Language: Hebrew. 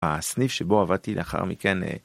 הסניף שבו עבדתי לאחר מכן.